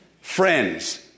friends